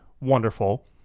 wonderful